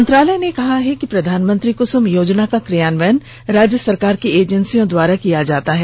मंत्रालय ने कहा है कि प्रधानमंत्री कुसुम योजना का क्रियान्वयन राज्य सरकार की एजेंसियों द्वारा किया जाता है